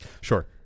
sure